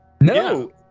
No